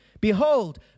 Behold